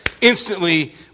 instantly